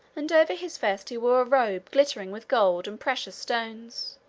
and over his vest he wore a robe glittering with gold and precious stones.